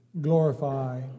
glorify